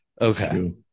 Okay